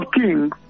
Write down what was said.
kings